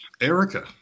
Erica